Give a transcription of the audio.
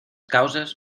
causes